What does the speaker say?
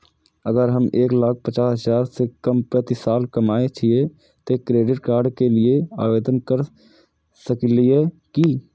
अगर हम एक लाख पचास हजार से कम प्रति साल कमाय छियै त क्रेडिट कार्ड के लिये आवेदन कर सकलियै की?